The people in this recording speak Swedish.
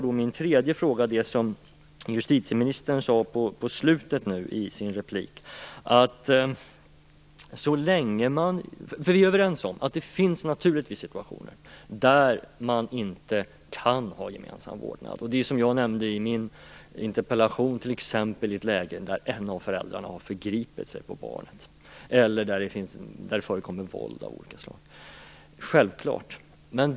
Det som justitieministern tog upp i slutet av sin replik berör min tredje fråga. Vi är överens om att det naturligtvis finns situationer där man inte kan ha gemensam vårdnad. Det är, som jag nämnde i min interpellation, t.ex. i ett läge där en av föräldrarna har förgripit sig på barnet eller där det förekommer våld av olika slag. Självklart.